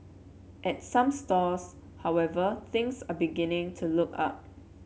at some stores however things are beginning to look up